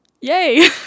Yay